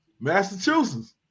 Massachusetts